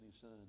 son